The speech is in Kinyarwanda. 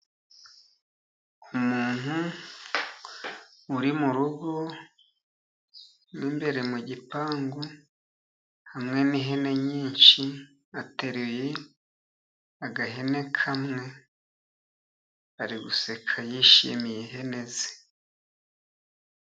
Umuntu uri mu rugo mo imbere mu gipangu hamwe n'ihene nyinshi, ateruye agahene kamwe ari guseka yishimiye ihene ze.